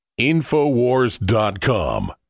InfoWars.com